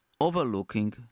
Overlooking